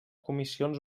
comissions